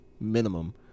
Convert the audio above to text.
minimum